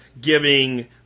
giving